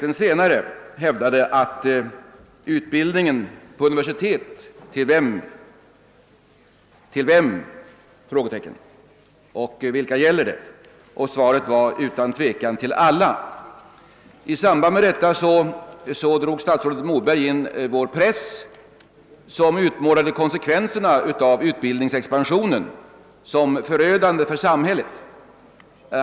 Den senare ställde frågan: »Utbildning på universitet — till vem?» Svaret var: >Utan tvekan till alla!» Statsrådet Moberg drog också in vår press, som utmålade konsekvenserna av utbildningsexpansionen som förödande för samhället.